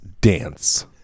dance